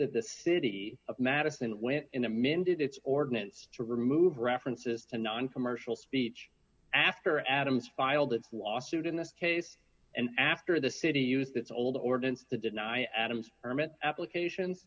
that the city of madison went in amended its ordinance to remove references to noncommercial speech after adams filed a lawsuit in this case and after the city used this old ordinance the deny adams permit application